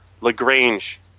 Lagrange